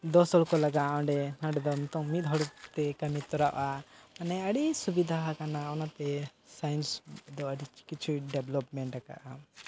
ᱫᱚᱥ ᱦᱚᱲᱠᱚ ᱞᱟᱜᱟᱜᱼᱟ ᱚᱸᱰᱮ ᱱᱚᱰᱮ ᱫᱚ ᱱᱤᱛᱚᱜ ᱢᱤᱫ ᱦᱚᱲᱛᱮ ᱠᱟᱹᱢᱤ ᱛᱚᱨᱟᱜᱼᱟ ᱢᱟᱱᱮ ᱟᱹᱰᱤ ᱥᱩᱵᱤᱫᱷᱟ ᱟᱠᱟᱱᱟ ᱚᱱᱟᱛᱮ ᱫᱚ ᱟᱹᱰᱤ ᱠᱤᱪᱷᱩᱭ ᱟᱠᱟᱫᱼᱟ